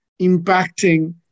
impacting